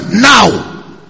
now